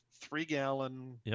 three-gallon